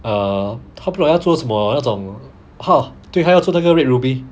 uh 他不懂要做什么那种 ha 对他要做那个 red ruby